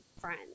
friends